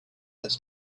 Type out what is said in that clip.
has